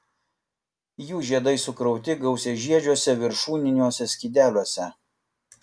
jų žiedai sukrauti gausiažiedžiuose viršūniniuose skydeliuose